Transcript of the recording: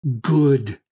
good